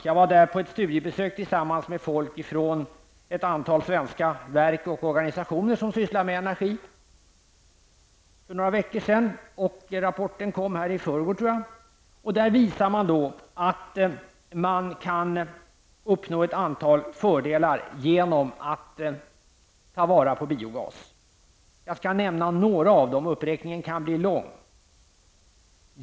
Jag var där på ett studiebesök, tillsammans med folk från ett antal svenska verk och organisationer som sysslar med energi, för några veckor sedan. Rapporten kom i förrgår, tror jag. Där visar man att man kan uppnå ett antal fördelar genom att ta till vara biogas. Jag skall nämna några av dem. Uppräkningen kan bli lång.